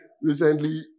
Recently